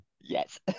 Yes